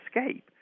escape